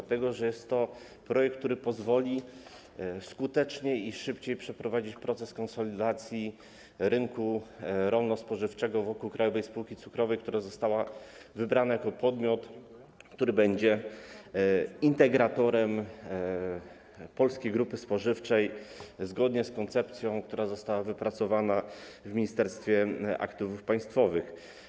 Dlatego że jest to projekt, który pozwoli skuteczniej i szybciej przeprowadzić proces konsolidacji rynku rolno-spożywczego wokół Krajowej Spółki Cukrowej, która została wybrana jako podmiot, który będzie integratorem Polskiej Grupy Spożywczej, zgodnie z koncepcją, która została wypracowana w Ministerstwie Aktywów Państwowych.